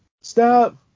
Stop